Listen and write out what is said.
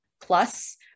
Plus